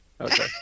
Okay